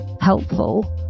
helpful